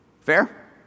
Fair